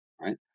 right